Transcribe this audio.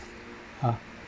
!huh!